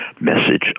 message